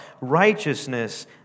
righteousness